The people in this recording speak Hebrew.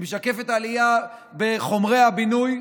היא משקפת עלייה בחומרי הבינוי,